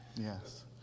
Yes